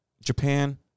Japan